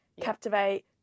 captivate